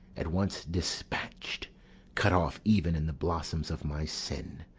at once dispatch'd cut off even in the blossoms of my sin,